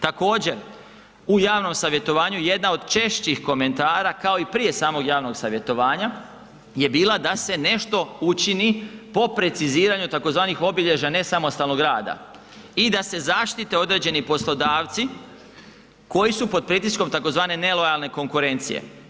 Također, u javnom savjetovanju jedna od češćih komentara, kao i prije samog javnog savjetovanja je bila da se nešto učini po preciziranju tzv. obilježja nesamostalnog rada i da se zaštite određeni poslodavci koji su pod pritiskom tzv. nelojalne konkurencije.